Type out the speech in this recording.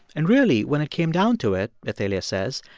and really, when it came down to it, athalia says,